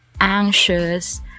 anxious